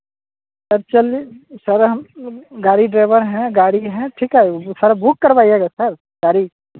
actually sir हम गाड़ी driver हैं गाड़ी हैं ठीक है सर बुक करवाइएगा सर गाड़ी